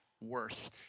worth